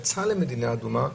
שאדם יצא למדינה אדומה,